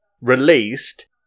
released